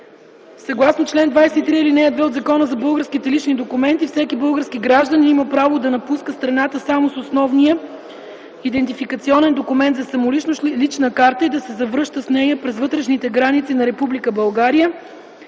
Съгласно чл. 23, ал. 2 от Закона за българските лични документи, всеки български гражданин има право да напуска страната само с основния идентификационен документ за самоличност – лична карта, и да се завръща с нея през вътрешните граници на Република